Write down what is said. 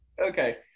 okay